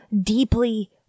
deeply